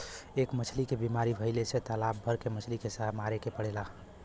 एक मछली के बीमारी भइले से तालाब भर के मछली के मारे के पड़ेला